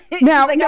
Now